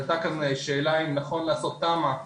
עלתה כאן שאלה אם נכון לעשות תמ"א.